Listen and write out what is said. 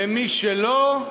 ומי שלא,